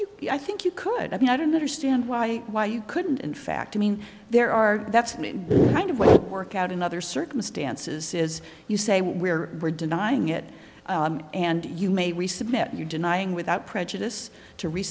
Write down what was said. you i think you could i mean i don't understand why why you couldn't in fact i mean there are that's kind of what work out in other circumstances is you say where we're denying it and you may resubmit your denying without prejudice to